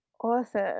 Awesome